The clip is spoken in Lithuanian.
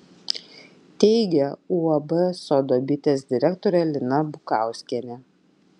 teigia uab sodo bitės direktorė lina bukauskienė